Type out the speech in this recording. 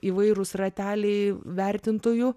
įvairūs rateliai vertintojų